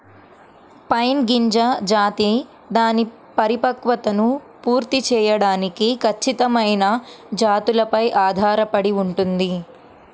pine గింజ జాతి దాని పరిపక్వతను పూర్తి చేయడానికి ఖచ్చితమైన జాతులపై ఆధారపడి ఉంటుంది